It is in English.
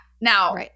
Now